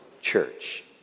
church